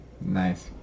nice